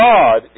God